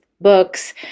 books